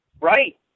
Right